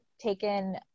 taken